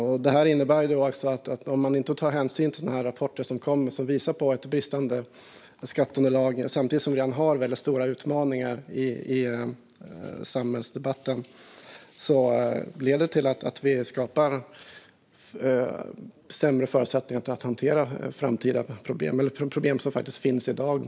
Om man inte tar hänsyn till rapporten som visar på bristande skatteunderlag samtidigt som vi redan har stora utmaningar i samhällsdebatten skapas sämre förutsättningar för att hantera framtida problem eller problem som faktiskt finns i dag.